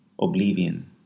oblivion